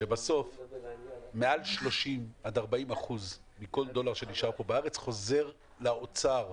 שבסוף מעל 30% עד 40% מכל דולר שנשאר פה בארץ חוזר לאוצר.